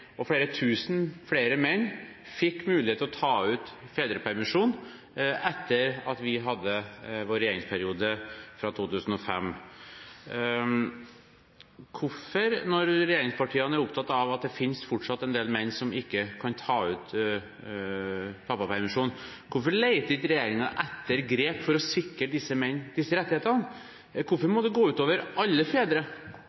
og flere tusen flere menn fikk mulighet til å ta ut fedrepermisjon etter at vi hadde vår regjeringsperiode, fra 2005. Når regjeringspartiene er opptatt av at det fortsatt finnes en del menn som ikke kan ta ut pappapermisjon, hvorfor leter ikke regjeringen etter grep for å sikre disse mennene disse rettighetene? Hvorfor